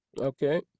Okay